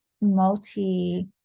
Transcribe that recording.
multi